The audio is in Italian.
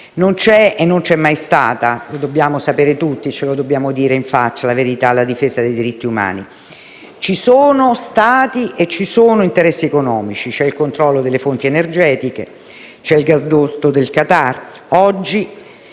non c'è e non c'è mai stata - lo dobbiamo sapere tutti, dobbiamo dirci in faccia la verità - la difesa dei diritti umani; ci sono stati e ci sono interessi economici, c'è il controllo delle fonti energetiche, c'è il gasdotto del Qatar